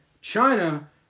China